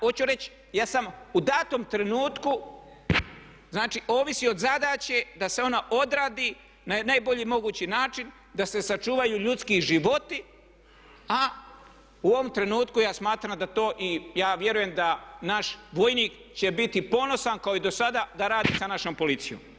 Hoću reći ja sam u datom trenutku znači ovisi od zadaće da se ona odradi na najbolji mogući način, da se sačuvaju ljudski životi a u ovom trenutku ja smatram da to i ja vjerujem da naš vojnik će biti ponosan kao i dosada da radi sa našom policijom.